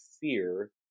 fear